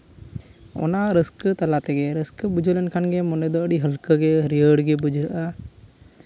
ᱚᱱᱟ ᱨᱟᱹᱥᱠᱟᱹ ᱛᱟᱞᱟ ᱛᱮᱜᱮ ᱨᱟᱹᱥᱠᱟᱹ ᱵᱩᱡᱷᱟᱹᱣ ᱞᱮᱱᱠᱷᱟᱱ ᱜᱮ ᱢᱚᱱᱮ ᱫᱚ ᱟᱹᱰᱤ ᱨᱟᱹᱥᱠᱟᱹ ᱜᱮ ᱦᱟᱹᱨᱭᱟᱹᱲ ᱜᱮ ᱵᱩᱡᱷᱟᱹᱜᱼᱟ